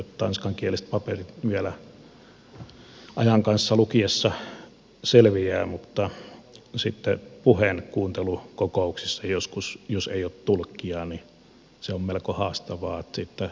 tanskankieliset paperit vielä ajan kanssa lukiessa selviävät mutta sitten puheen kuuntelu kokouksissa joskus jos ei ole tulkkia on melko haastavaa